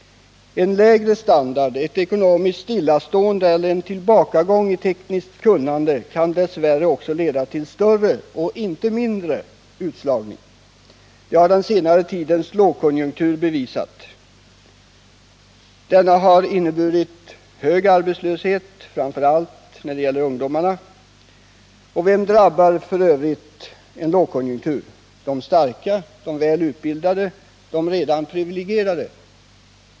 En lägre standard, ett ekonomiskt stillastående eller en tillbakagång i tekniskt kunnande kan dess värre också leda till större, inte mindre, utslagning. Det har den senare tidens lågkonjunktur bevisat. Denna har inneburit hög arbetslöshet, framför allt för ungdomarna. Vilka drabbar f.ö. en lågkonjunktur — de starka, de välutbildade, de redan privilegierade?